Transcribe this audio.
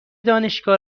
دانشگاه